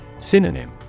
Synonym